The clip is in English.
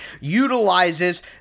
utilizes